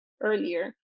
earlier